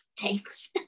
Thanks